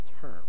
term